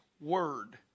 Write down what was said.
word